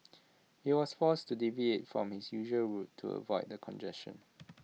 he was forced to deviate from his usual route to avoid the congestion